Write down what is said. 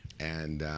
and